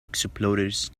explorers